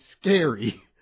scary